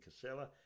Casella